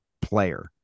player